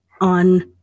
on